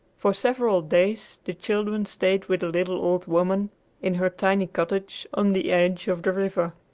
for several days the children stayed with the little old woman in her tiny cottage on the edge of the river.